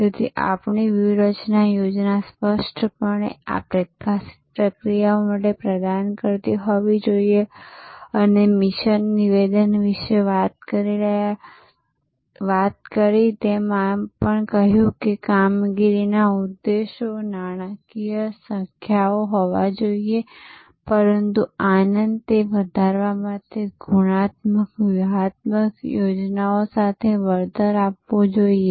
તેથી તમારી વ્યૂહરચના યોજના સ્પષ્ટપણે આ પ્રકાશિત પ્રક્રિયાઓ માટે પ્રદાન કરતી હોવી જોઈએ અને મિશન નિવેદન વિશે વાત કરી અને એમ પણ કહ્યું કે કામગીરીના ઉદ્દેશ્યો નાણાકીય સંખ્યાઓ હોવા જોઈએ પરંતુ તે આનંદ વધારવા માટે ગુણાત્મક વ્યૂહાત્મક યોજનાઓ સાથે વળતર આપવું જોઈએ